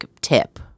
tip